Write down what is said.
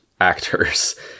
actors